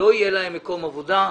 לא יהיה להם מקום עבודה,